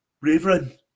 Reverend